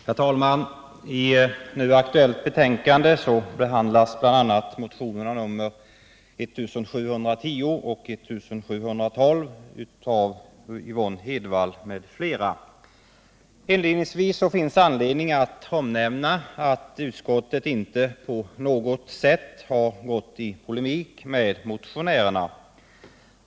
Herr talman! I ett nu aktuellt betänkande behandlas bl.a. motionerna 1710 och 1712 av Yvonne Hedvall m.fl. Inledningsvis vill jag säga att det finns anledning omnämna att utskottet inte på något sätt har gått i polemik mot motionärerna.